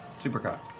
super cocked.